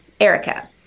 Erica